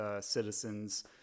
citizens